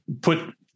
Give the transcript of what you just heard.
put